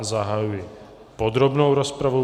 Zahajuji podrobnou rozpravu.